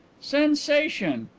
sensation!